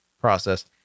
process